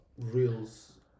Reels